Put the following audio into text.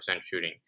shooting